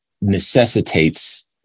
necessitates